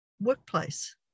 workplace